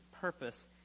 purpose